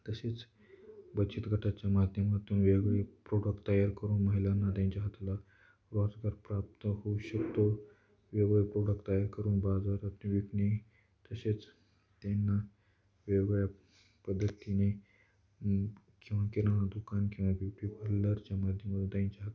तसेच बचत गटाच्या माध्यमातून वेगवेगळे प्रोडक्ट तयार करून महिलांना त्यांच्या हाताला रोजगार प्राप्त होऊ शकतो वेगवेगळ प्रोडक्ट तयार करून बाजारात विकणे तसेच त्यांना वेगवेगळ्या पद्धतीने किंवा किराणा दुकान किंवा ब्युटी पार्लरच्या माध्यमातून त्यांच्या हातात